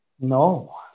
No